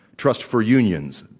trust for unions,